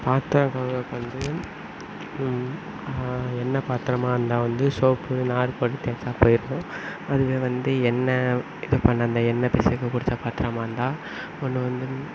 பாத்திரம் கழுவுறது வந்து எண்ணெய் பாத்திரமாக இருந்தால் வந்து சோப்பு நார் போட்டு தேய்ச்சா போயிடும் அதுவே வந்து எண்ணெய் இது பண்ண அந்த எண்ணெய் பிசுக்கு பிடிச்ச பாத்திரமாக இருந்தால் ஒன்று வந்து